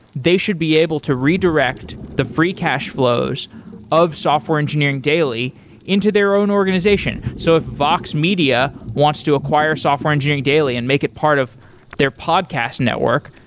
they should be able to redirect the free cash flows of software engineering daily into their own organization so if vox media wants to acquire software engineering daily and make it part of their podcast network,